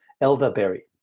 elderberry